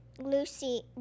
Lucy